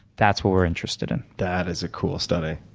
that's what we're interested in. that is a cool study.